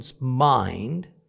mind